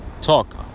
talk